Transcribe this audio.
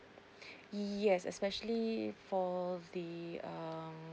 yes especially for the um